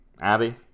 abby